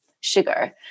sugar